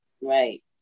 right